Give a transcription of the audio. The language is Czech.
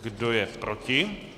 Kdo je proti?